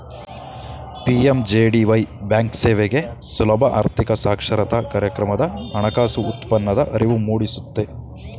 PMJDY ಬ್ಯಾಂಕ್ಸೇವೆಗೆ ಸುಲಭ ಆರ್ಥಿಕ ಸಾಕ್ಷರತಾ ಕಾರ್ಯಕ್ರಮದ ಹಣಕಾಸು ಉತ್ಪನ್ನದ ಅರಿವು ಮೂಡಿಸುತ್ತೆ